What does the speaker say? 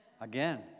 Again